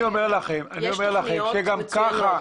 יש המון המון סוגי פתרונות --- אני אומר לכם שגם ככה,